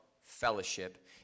fellowship